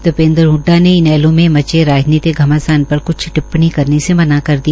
दीपेंद्र हड्डा ने इनेलो में मचे राजनीतिक घमासान पर कृछ शिप्पणी करने से मना कर दिया